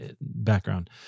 background